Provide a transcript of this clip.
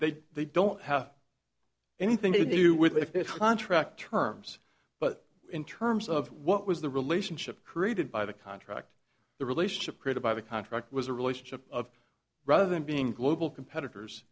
did they don't have anything to do with their contract terms but in terms of what was the relationship created by the contract the relationship created by the contract was a relationship of rather than being global competitors